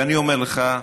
ואני אומר לך,